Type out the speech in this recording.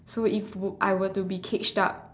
so if I were to be caged up